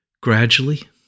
Gradually